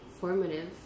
formative